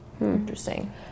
Interesting